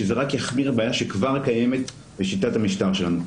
שזה רק יחמיר בעיה שכבר קיימת בשיטת המשטר שלנו.